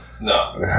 No